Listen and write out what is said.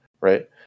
right